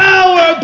Power